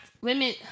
women